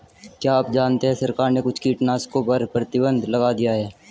क्या आप जानते है सरकार ने कुछ कीटनाशकों पर प्रतिबंध लगा दिया है?